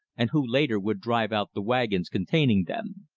and who later would drive out the wagons containing them.